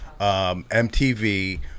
MTV